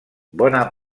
bona